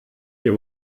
ihr